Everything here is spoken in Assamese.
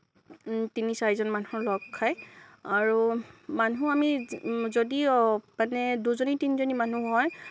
তিনি চাৰিজন মানুহ লগ খাই আৰু মানুহ আমি যদি মানে দুজনী তিনিজনী মানুহ হয়